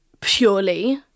purely